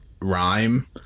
rhyme